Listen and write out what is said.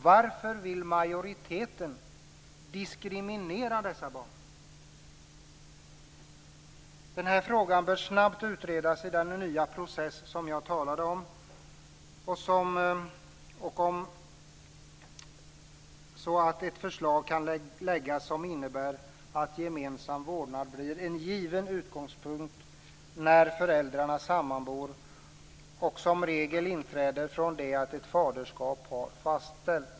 Varför vill majoriteten diskriminera dessa barn? Den här frågan bör snabbt utredas i den nya process som jag talade om, så att ett förslag kan läggas fram som innebär att gemensam vårdnad blir en given utgångspunkt när föräldrarna sammanbor och att den som regel inträder från det att ett faderskap har fastställts.